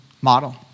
model